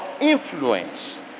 influence